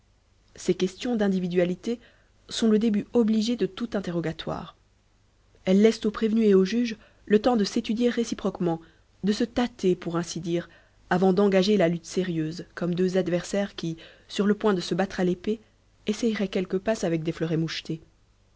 ces questions d'individualité sont le début obligé de tout interrogatoire elles laissent au prévenu et au juge le temps de s'étudier réciproquement de se tâter pour ainsi dire avant d'engager la lutte sérieuse comme deux adversaires qui sur le point de se battre à l'épée essaieraient quelques passes avec des fleurets mouchetés